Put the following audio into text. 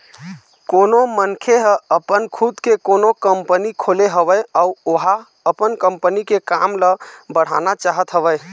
कोनो मनखे ह अपन खुद के कोनो कंपनी खोले हवय अउ ओहा अपन कंपनी के काम ल बढ़ाना चाहत हवय